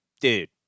dude